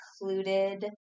included